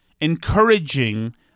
encouraging